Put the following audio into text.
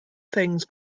things